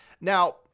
Now